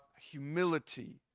humility